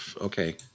Okay